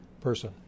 person